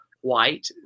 White